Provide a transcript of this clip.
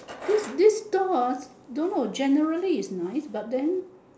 this this stall ah don't know generally is nice but then